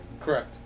correct